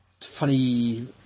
funny